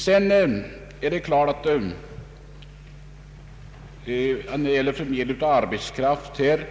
Sedan är det klart att arbetsförmedlingen kanske inte alltid kan med en gång tillgodose behovet av arbetskraft när